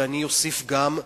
ואני אוסיף גם,